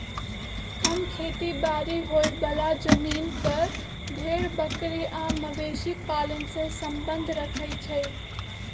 कम खेती बारी होय बला जमिन पर भेड़ बकरी आ मवेशी पालन से सम्बन्ध रखई छइ